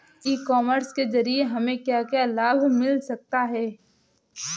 ई commerce के ज़रिए हमें क्या क्या लाभ मिल सकता है?